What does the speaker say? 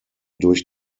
durch